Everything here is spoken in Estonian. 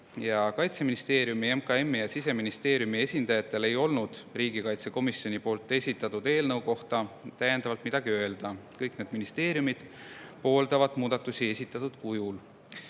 Kaitseministeeriumi, MKM‑i ja Siseministeeriumi esindajatel ei olnud riigikaitsekomisjoni esitatud eelnõu kohta midagi täiendavalt öelda. Kõik need ministeeriumid pooldavad muudatusi esitatud kujul.